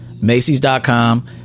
macy's.com